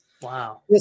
Wow